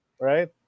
right